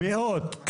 מאות.